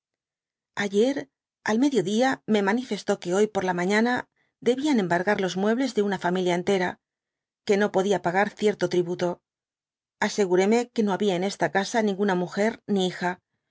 ayer al medio dia me manifestó que hoy por la mañana debian embargar los muebles de una familia entera que no podia pagar derto tributo asegúreme que no habia en esta casa ninguna jraúger ni hija